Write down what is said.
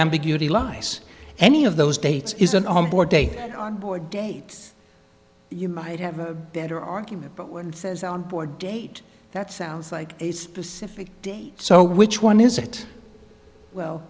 ambiguity lies any of those dates is an on board date and on board dates you might have a better argument but one says on board date that sounds like a specific date so which one is it well